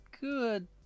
good